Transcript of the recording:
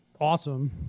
awesome